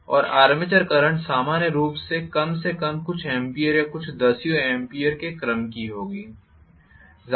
और armature currents सामान्य रूप से कम से कम कुछ एम्पीयर या कुछ दसियों एम्पीयर के क्रम की होंगी